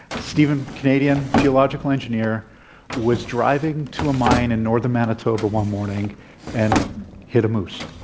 steven canadian geological engineer was driving to a mine in northern manitoba one morning and hit a moose,